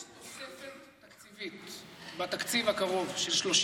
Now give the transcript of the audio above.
יש תוספת תקציבית בתקציב הקרוב של 30